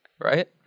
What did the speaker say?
Right